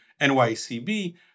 NYCB